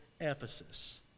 Ephesus